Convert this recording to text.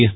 yes